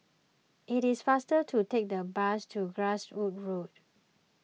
it is faster to take the bus to Glasgow Road